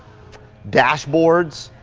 dashboards